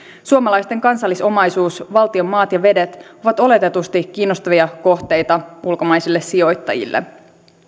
suomalaisten kansallisomaisuus valtion maat ja vedet on oletetusti kiinnostava kohde ulkomaisille sijoittajille